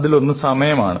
അതിലൊന്ന് സമയം ആണ്